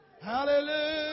Hallelujah